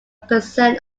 present